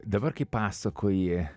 dabar kai pasakoji